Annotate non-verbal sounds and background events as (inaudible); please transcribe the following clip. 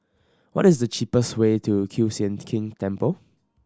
what is the cheapest way to Kiew Sian (unintelligible) King Temple